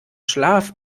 schlaf